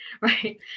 right